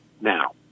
now